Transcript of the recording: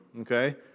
okay